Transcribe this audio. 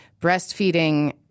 Breastfeeding